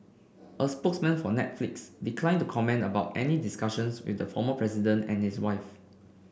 a spokesman for Netflix declined to comment about any discussions with the former president and his wife